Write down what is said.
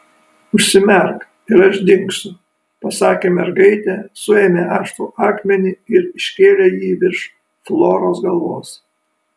užsimerk ir aš dingsiu pasakė mergaitė suėmė aštrų akmenį ir iškėlė jį virš floros galvos